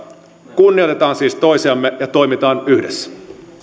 kunnioitetaan siis toisiamme ja toimitaan yhdessä